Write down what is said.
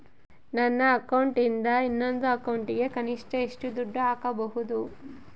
ನನ್ನ ಅಕೌಂಟಿಂದ ಇನ್ನೊಂದು ಅಕೌಂಟಿಗೆ ಕನಿಷ್ಟ ಎಷ್ಟು ದುಡ್ಡು ಹಾಕಬಹುದು?